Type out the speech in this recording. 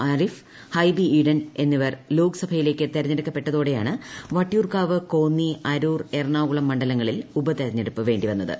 ആരിഫ് ഹൈബി ഈഡൻ എന്നിവർ ലോക്സഭയിലേക്ക് തെരഞ്ഞെടുക്കപ്പെട്ടതോടെയാണ് വട്ടിയൂർക്കാവ് കോന്നി അരൂർ എറണാകുളം മണ്ഡലങ്ങളിൽ ഉപതെരഞ്ഞെടുപ്പ് വേണ്ടിവന്നത്